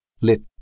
lit